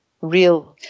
real